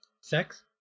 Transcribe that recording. Sex